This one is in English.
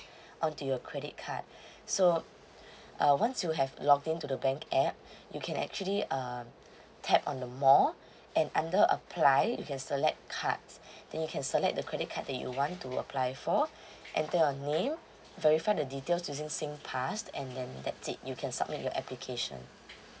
on to your credit card so uh once you have login to the bank app you can actually uh tap on the more and under apply you can select cards then you can select the credit card that you want to apply for enter your name verify the details using singpass and then that's it you can submit your application